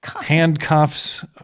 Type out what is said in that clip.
handcuffs